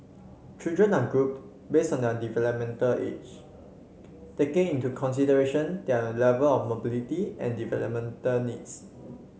children are grouped base on their developmental age taking into consideration their level of mobility and developmental needs